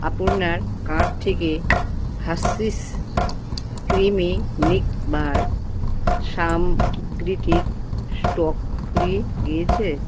আপোনার cart থেকে Hershey's creamy milk bar সামগ্রীটির stock ফুরিয়ে গিয়েছে